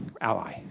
Ally